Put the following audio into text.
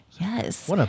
Yes